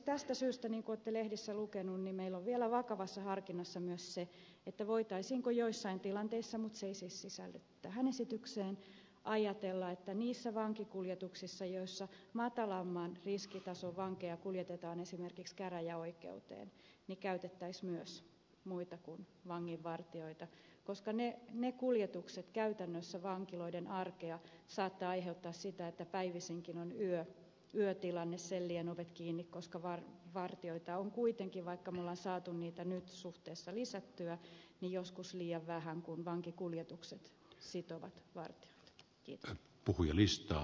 tästä syystä niin kuin olette lehdistä lukeneet meillä on vielä vakavassa harkinnassa myös se voitaisiinko joissain tilanteissa mutta se ei siis sisälly tähän esitykseen ajatella että niissä vankikuljetuksissa joissa matalamman riskitason vankeja kuljetetaan esimerkiksi käräjäoikeuteen käytettäisiin myös muita kuin vanginvartijoita koska ne kuljetukset käytännössä vankiloiden arjessa saattavat aiheuttaa sitä että päivisinkin on yötilanne sellien ovet kiinni koska vartijoita on kuitenkin vaikka me olemme saaneet niitä nyt suhteessa lisätyksi joskus liian vähän kun vankikuljetukset sitovat vartijoita